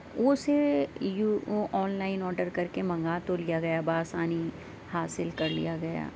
وہ اسے online order کر کے منگا تو لیا گیا بآسانی حاصل کر لیا گیا